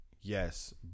yes